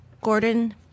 Gordon